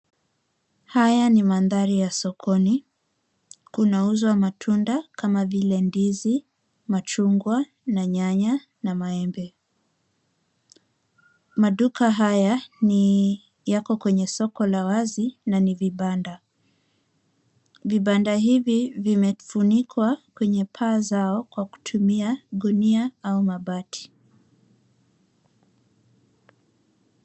Haya ni mandhari ya sokoni. Kunauzwa matunda kama vile ndizi, machungwa na nyanya na maembe. Maduka haya yako kwenye soko la wazi na ni vibanda. Vibanda hivi vimefunikwa kwenye paa zao kwa kutumia gunia au mabati.